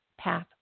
path